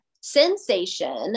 sensation